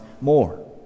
more